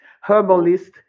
herbalist